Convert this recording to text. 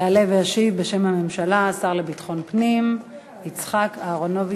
יעלה וישיב בשם הממשלה השר לביטחון פנים יצחק אהרונוביץ.